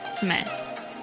Smith